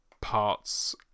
parts